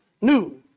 new